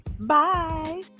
Bye